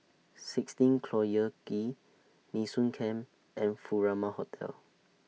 sixteen Collyer Quay Nee Soon Camp and Furama Hotel